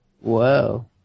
Whoa